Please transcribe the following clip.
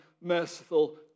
merciful